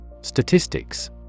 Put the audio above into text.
Statistics